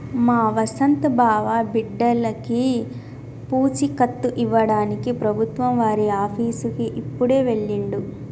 మా వసంత్ బావ బిడ్డర్లకి పూచీకత్తు ఇవ్వడానికి ప్రభుత్వం వారి ఆఫీసుకి ఇప్పుడే వెళ్ళిండు